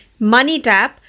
MoneyTap